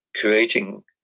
creating